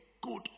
good